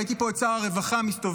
ראיתי פה את שר הרווחה מסתובב.